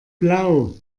blau